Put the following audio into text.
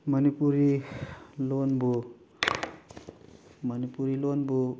ꯃꯅꯤꯄꯨꯔꯤ ꯂꯣꯜꯕꯨ ꯃꯅꯤꯄꯨꯔꯤ ꯂꯣꯜꯕꯨ